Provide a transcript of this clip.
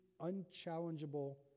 unchallengeable